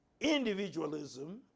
individualism